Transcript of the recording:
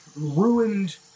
ruined